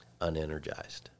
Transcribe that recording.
unenergized